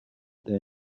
their